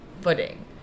footing